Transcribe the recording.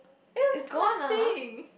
it looks nothing